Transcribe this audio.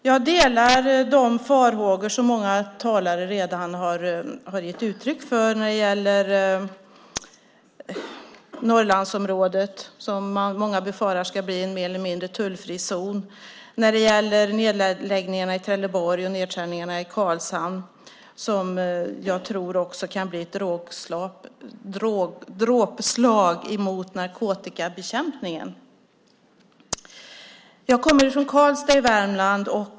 Jag delar de farhågor som många talare redan har gett uttryck för när det gäller Norrlandsområdet, som många befarar ska bli en mer eller mindre tullfri zon. Jag tror också att nedskärningarna i Trelleborg och nedskärningarna i Karlshamn kan bli ett dråpslag mot narkotikabekämpningen. Jag kommer från Karlstad i Värmland.